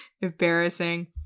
Embarrassing